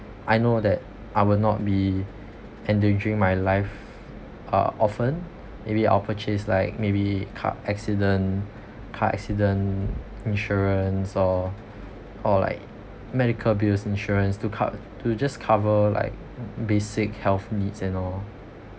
I know that I will not be endangering my life uh often maybe i'll purchase like maybe car accident car accident insurance or or like medical bills insurance to cov~ to just cover like b~ basic health needs and all